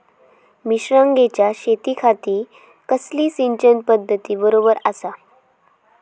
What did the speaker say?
मिर्षागेंच्या शेतीखाती कसली सिंचन पध्दत बरोबर आसा?